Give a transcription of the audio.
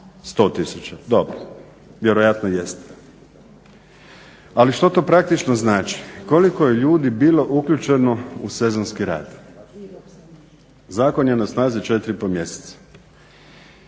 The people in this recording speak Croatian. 100 tisuća. Dobro, vjerojatno jeste. Ali što to praktično znači, koliko je ljudi bilo uključeno u sezonski rad. Zakon je na snazi 4 i pol mjeseca.